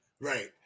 right